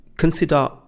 consider